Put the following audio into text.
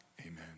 amen